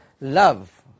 love